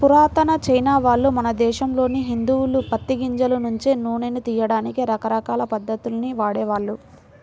పురాతన చైనావాళ్ళు, మన దేశంలోని హిందువులు పత్తి గింజల నుంచి నూనెను తియ్యడానికి రకరకాల పద్ధతుల్ని వాడేవాళ్ళు